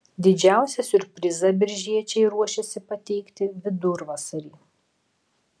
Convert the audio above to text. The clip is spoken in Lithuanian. didžiausią siurprizą biržiečiai ruošiasi pateikti vidurvasarį